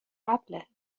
قبله